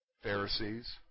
Pharisees